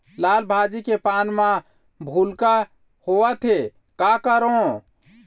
लाल भाजी के पान म भूलका होवथे, का करों?